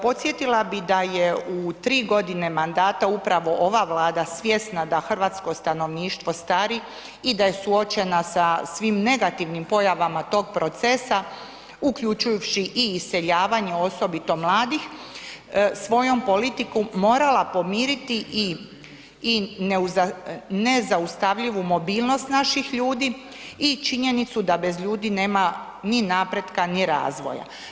Podsjetila bi da je u 3.g. mandata upravo ova Vlada svjesna da hrvatsko stanovništvo stari i da je suočena sa svim negativnim pojavama tog procesa, uključujuvši i iseljavanje, osobito mladih, svojom politiku morala pomiriti i, i nezaustavljivu mobilnost naših ljudi i činjenicu da bez ljudi nema ni napretka ni razvoja.